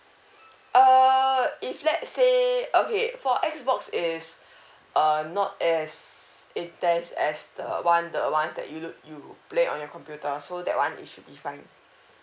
err if let's say okay for xbox is uh not as if there's as the one the one that you play on your computer so that one should be fine